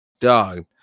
Dog